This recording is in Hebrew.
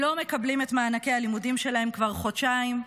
לא מקבלים את מענקי הלימודים שלהם כבר חודשיים.